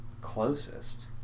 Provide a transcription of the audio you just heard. closest